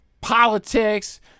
politics